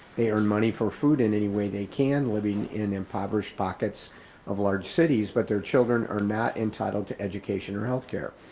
they earn money for food in any way they can, living in impoverished pockets of large cities, but their children are not entitled to education or health care.